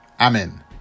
Amen